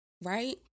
right